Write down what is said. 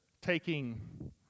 taking